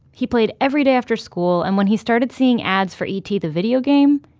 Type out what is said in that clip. he played every day after school. and when he started seeing ads for e t. the video game,